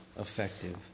effective